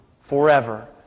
forever